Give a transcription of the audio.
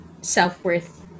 self-worth